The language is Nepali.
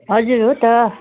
हजुर हो त